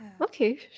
Okay